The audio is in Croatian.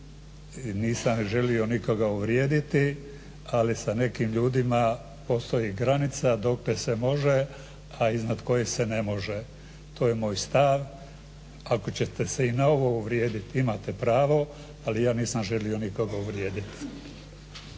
nisam želio nikoga uvrijediti, ali sa nekim ljudima postoji granica dokle se može a iznad koje se ne može. To je moj stav, ako ćete se i na ovo uvrijediti imate pravo, ali ja nisam želio nikoga uvrijediti.